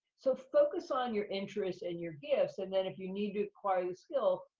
so, focus on your interest and your gifts, and then if you need to acquire the skill,